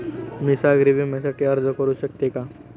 मी सागरी विम्यासाठी अर्ज करू शकते का?